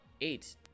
Eight